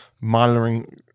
monitoring